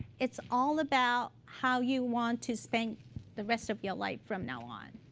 it's all about how you want to spend the rest of your life from now on.